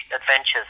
adventures